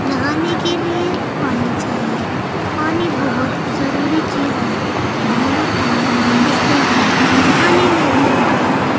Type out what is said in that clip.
نہانے کے لیے پانی چاہیے پانی بہت ضروری چیز ہے پانی کو استعمال کھانے میں بھی ہوتا ہے